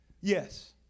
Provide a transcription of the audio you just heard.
Yes